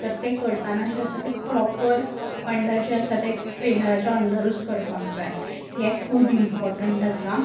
तर तें करताना अशें तें प्रोपर अंडर आसता तें ट्रेनराच्या अंडरूच करपाक जाय हें खूब इमपोर्टंट आसा